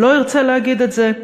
לא ירצה להגיד את זה?